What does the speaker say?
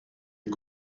est